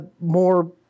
more